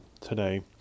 today